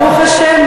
ברוך השם.